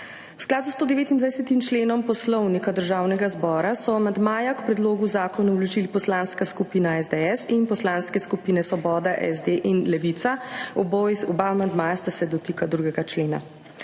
skladu s 129. členom Poslovnika Državnega zbora so amandmaja k predlogu zakona vložili Poslanska skupina SDS in Poslanske skupine Svoboda, SD in Levica, oba amandmaja sta se dotikala 2. člena.